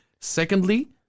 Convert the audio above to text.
Secondly